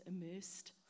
immersed